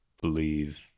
believe